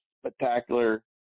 spectacular